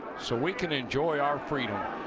so we can enjoy our freedom.